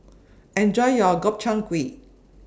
Enjoy your Gobchang Gui